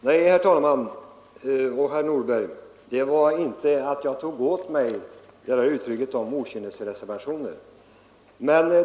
Herr talman! Nej, herr Nordberg, det var inte så att jag tog åt mig av uttrycket okynnesreservationer.